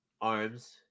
arms